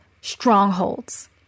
strongholds